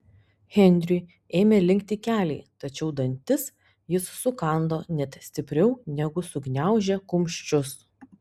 henriui ėmė linkti keliai tačiau dantis jis sukando net stipriau negu sugniaužė kumščius